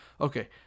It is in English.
okay